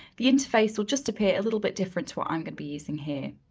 the interface will just appear a little bit different to what um gonna be using here.